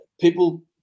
People –